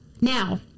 Now